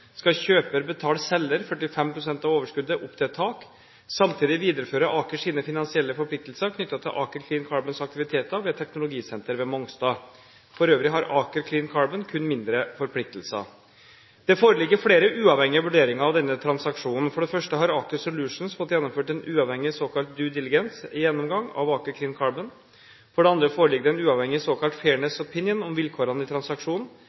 skal kjøper betale selger 45 pst. av overskuddet, opp til et tak. Samtidig viderefører Aker sine finansielle forpliktelser knyttet til Aker Clean Carbons aktiviteter ved et teknologisenter ved Mongstad. For øvrig har Aker Clean Carbon kun mindre forpliktelser. Det foreligger flere uavhengige vurderinger av denne transaksjonen. For det første har Aker Solutions fått gjennomført en uavhengig såkalt due diligence-gjennomgang av Aker Clean Carbon. For det andre foreligger det en uavhengig såkalt fairness opinion om vilkårene i transaksjonen.